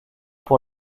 pour